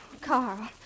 Carl